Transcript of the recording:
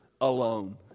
alone